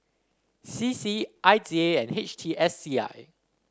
C C I D A and H T S C I